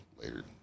later